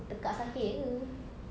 tekak sakit ke